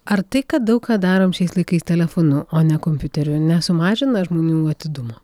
ar tai kad daug ką darom šiais laikais telefonu o ne kompiuteriu nesumažina žmonių atidumo